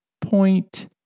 Point